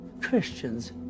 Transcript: Christians